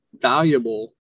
valuable